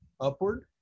upward